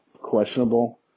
questionable